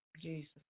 Jesus